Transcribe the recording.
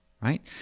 right